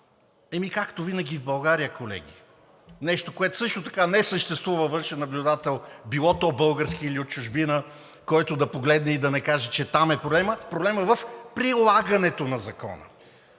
Ами както винаги в България, колеги, нещо, което също така не съществува във външен наблюдател, било то български или от чужбина, който да погледне и да не каже, че там е проблемът, проблемът е в прилагането на Закона.